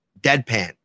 deadpan